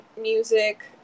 music